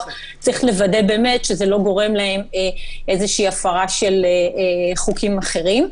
צריך לוודא שזה לא גורם להם איזושהי הפרה של חוקים אחרים,